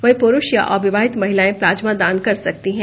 वही पुरूष या अविवाहित महिलाएं प्लाज्मा दान कर सकती हैं